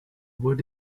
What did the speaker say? wood